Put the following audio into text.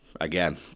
again